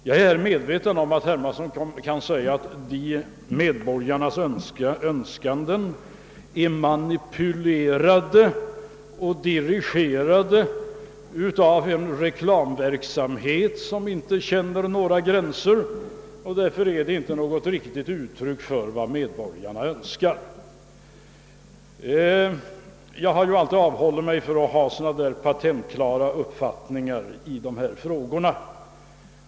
Jag är medveten om att herr Hermansson kan invända, att medborgarnas Önskningar är manipulerade och dirigerade av en reklamverksamhet, som inte känner några gränser, och därför inte är något riktigt uttryck för vad de egentligen vill ha, men jag har alltid avhållit mig från sådana patentklara uppfattningar i dessa frågor.